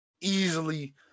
easily